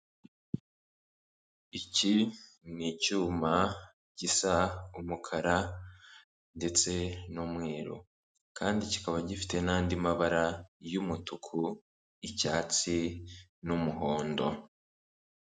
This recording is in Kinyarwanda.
Iki ni icyuma gisa umukara ndetse n'umweru kandi kikaba gifite n'andi mabara y'umutuku, icyatsi n'umuhondo.